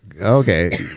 Okay